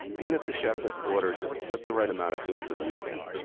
even if the chef has ordered just the right amount of tuna for the weekend,